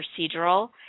procedural